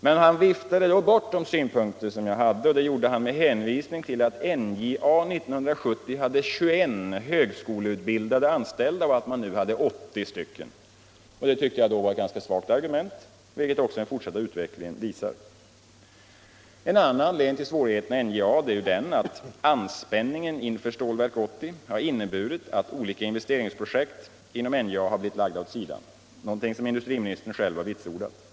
Men han viftade då bort de synpunkter jag hade, med hänvisning till att NJA 1970 hade 21 högskoleutbildade anställda och att man nu hade 80 stycken. Det tyckte jag då var ett ganska svagt argument, vilket också den fortsatta utvecklingen visat. En av anledningarna till svårigheterna i NJA är att anspänningen inför Stålverk 80 har inneburit att olika investeringsprojekt inom NJA blivit lagda åt sidan. Industriministern har själv vitsordat detta.